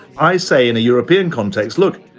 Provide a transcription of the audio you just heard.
i say in a european context. look,